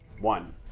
One